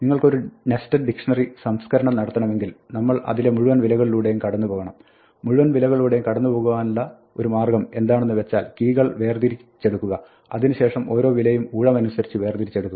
നിങ്ങൾക്ക് ഒരു nested dictionary സംസ്കരണം നടത്തണമെങ്കിൽ നമ്മൾ അതിലുള്ള മുഴുവൻ വിലകളിലൂടെയും കടന്നുപോകണം മുഴുവൻ വിലകളിലൂടെയും കടന്നുപോകുവാനുള്ള ഒരു മാർഗ്ഗം എന്താണെന്ന് വെച്ചാൽ കീകൾ വേർതിരിച്ചെടുക്കുക അതിനുശേഷം ഒരോ വിലയും ഊഴമനുസരിച്ച് വേർതിരിച്ചെടുക്കുക